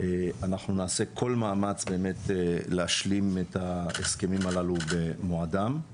אנחנו נעשה כל מאמץ להשלים את ההסכמים הללו במועדם,